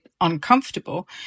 uncomfortable